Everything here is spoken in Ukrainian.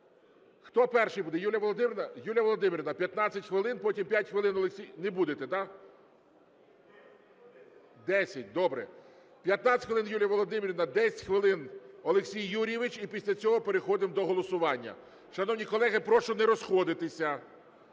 Хто перший буде? Юлія Володимирівна? Юлія Володимирівна – 15 хвилин, потім 5 хвилин Олексій… Не будете – да? 10, добре. 15 хвилин Юлія Володимирівна, 10 хвилин Олексій Юрійович, і після цього переходимо до голосування. Шановні колеги, прошу не розходитися,